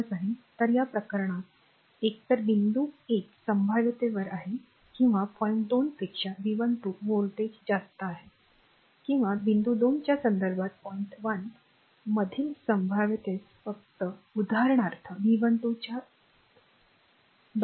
तर या प्रकरणात एकतर बिंदू 1 संभाव्यतेवर आहे किंवा पॉईंट 2 पेक्षा V12 व्होल्ट जास्त आहे किंवा बिंदू 2 च्या संदर्भात पॉईंट 1 मधील संभाव्यतेस फक्त उदाहरणार्थ V12 चा त्रास होत आहे